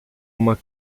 uma